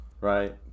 right